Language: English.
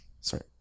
Sorry